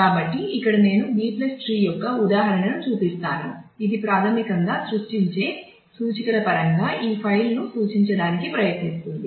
కాబట్టి ఇక్కడ నేను B ట్రీ యొక్క ఉదాహరణను చూపిస్తాను ఇది ప్రాథమికంగా సృష్టించే సూచికల పరంగా ఈ ఫైల్ను సూచించడానికి ప్రయత్నిస్తుంది